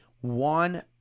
one